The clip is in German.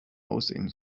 aussehen